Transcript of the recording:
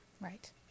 right